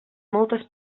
moltes